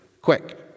quick